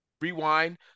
rewind